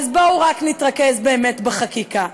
אז בואו רק נתרכז באמת בחקיקה.